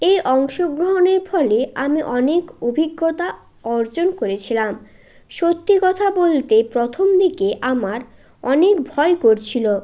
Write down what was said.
এই অংশগ্রহণের ফলে আমি অনেক অভিজ্ঞতা অর্জন করেছিলাম সত্যি কথা বলতে প্রথম দিকে আমার অনেক ভয় করছিল